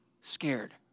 scared